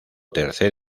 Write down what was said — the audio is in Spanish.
tercer